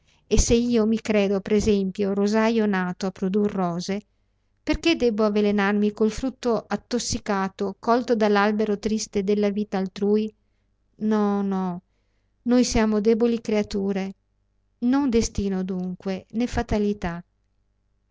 e se io mi credo per esempio rosajo nato a produr rose perché debbo avvelenarmi col frutto attossicato colto all'albero triste della vita altrui no no noi siamo deboli creature non destino dunque né fatalità